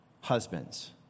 husbands